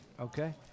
Okay